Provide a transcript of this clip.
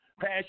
pass